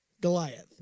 Goliath